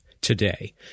today